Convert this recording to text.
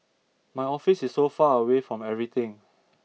my office is so far away from everything